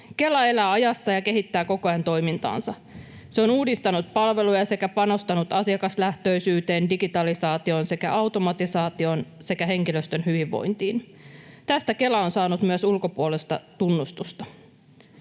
Kela elää ajassa ja kehittää koko ajan toimintaansa. Se on uudistanut palveluja sekä panostanut asiakaslähtöisyyteen, digitalisaatioon sekä automatisaatioon ja henkilöstön hyvinvointiin. Tästä Kela on saanut myös ulkopuolista tunnustusta.